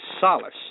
solace